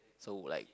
so like